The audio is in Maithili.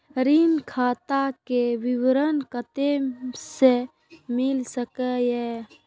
ऋण खाता के विवरण कते से मिल सकै ये?